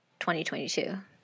2022